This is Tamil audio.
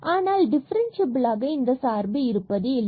ஆனால் டிஃபரன்ஸ்சியபில்லாக இந்த சார்பு இருப்பது இல்லை